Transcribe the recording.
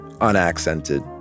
unaccented